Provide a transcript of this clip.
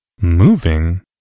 Moving